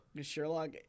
Sherlock